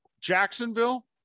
Jacksonville